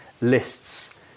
lists